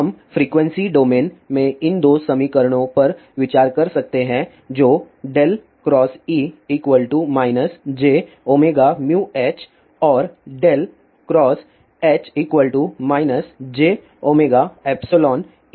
हम frequency domain में इन दो समीकरणों पर विचार कर सकते हैं जो ×E jωμH और × H jωϵE है